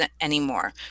anymore